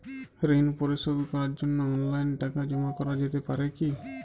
ঋন পরিশোধ করার জন্য অনলাইন টাকা জমা করা যেতে পারে কি?